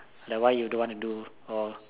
like why you don't want to do or